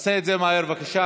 תעשה את זה מהר, בבקשה.